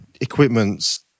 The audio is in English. Equipment's